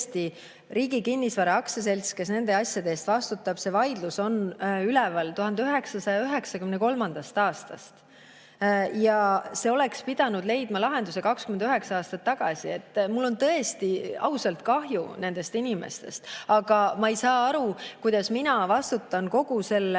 Riigi Kinnisvara Aktsiaselts vastutab nende asjade eest. See vaidlus on üleval 1993. aastast ja see oleks pidanud leidma lahenduse 29 aastat tagasi. Mul on tõesti ausalt kahju nendest inimestest, aga ma ei saa aru, kuidas mina vastutan kogu selle